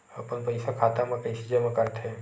अपन पईसा खाता मा कइसे जमा कर थे?